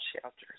shelters